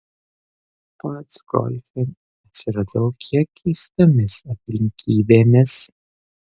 pats golfe atsiradau kiek keistomis aplinkybėmis